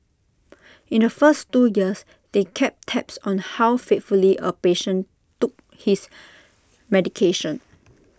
in the first two years they kept tabs on how faithfully A patient took his medication